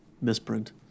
misprint